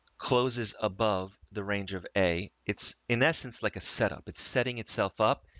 closes above the range of a it's in essence, like a setup it's setting itself up,